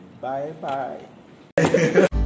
Bye-bye